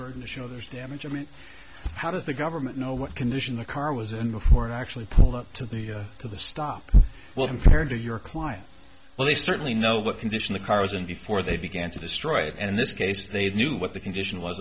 in the show there's damage i mean how does the government know what condition the car was in before it actually pulled up to the to the stop well compared to your client well they certainly know what condition the cars in before they began to destroy it and in this case they knew what the condition was